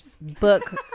book